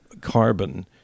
carbon